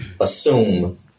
assume